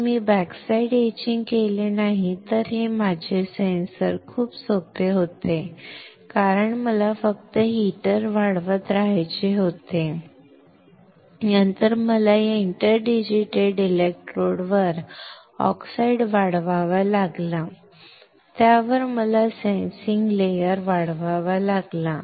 जर मी हे बॅकसाइड एचिंग केले नाही तर माझे सेन्सर खूप सोपे होते कारण मला फक्त हीटर वाढवत राहायचे होते नंतर मला त्या इंटरडिजिटेटेड इलेक्ट्रोड वर ऑक्साईड वाढवावा लागला त्यावर मला सेन्सिंग लेयर वाढवावा लागला